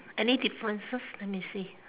any differences let me see